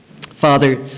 Father